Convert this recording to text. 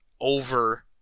over